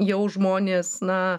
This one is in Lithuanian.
jau žmonės na